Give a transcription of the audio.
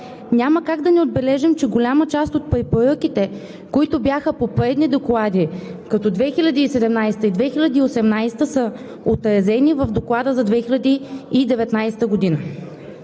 Няма как да не отбележим, че голяма част от препоръките, които бяха по предни доклади – като 2013 а и 2018-а, са отразени в Доклада за 2019 г.